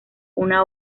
una